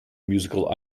musical